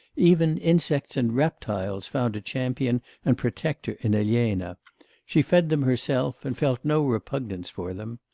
even insects and reptiles found a champion and protector in elena she fed them herself, and felt no repugnance for them.